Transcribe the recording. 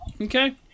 Okay